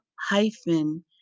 hyphen